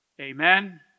Amen